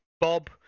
Bob